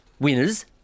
Winners